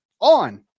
on